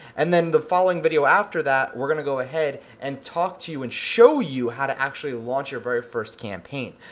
and then the following video after that, we're gonna go ahead and talk to you and show you how to actually launch your very first campaign.